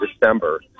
December